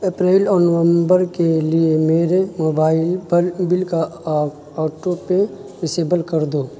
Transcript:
April اور November کے لیے میرے موبائل پر بل کا آٹو پے ڈسیبل کر دو